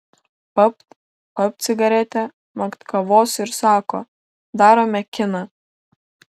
papt papt cigaretę makt kavos ir sako darome kiną